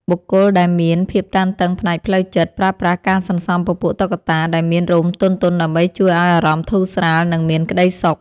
បុគ្គលដែលមាន ភាពតានតឹងផ្នែកផ្លូវចិត្ត ប្រើប្រាស់ការសន្សំពពួកតុក្កតាដែលមានរោមទន់ៗដើម្បីជួយឱ្យអារម្មណ៍ធូរស្រាល និងមានក្ដីសុខ។